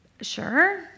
Sure